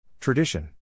Tradition